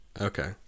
Okay